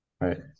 right